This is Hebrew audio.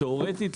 תיאורטית,